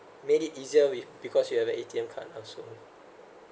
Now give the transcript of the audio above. made it easier with because you have an A_T_M card also